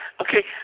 okay